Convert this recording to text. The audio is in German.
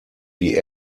die